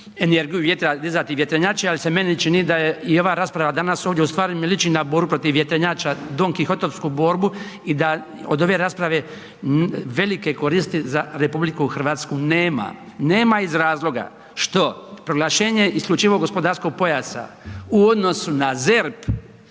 vjetra, dizati vjetrenjače ali se meni čini da je i ova rasprava danas ovdje ustvari mi liči na borbu protiv vjetrenjača, Don Quijote borbu i da od ove rasprave velike koristi za RH nema. Nema iz razloga što proglašenje isključivog gospodarskog pojasa u odnosu na ZERP